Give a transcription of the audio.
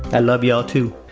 i love y'all too.